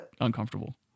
uncomfortable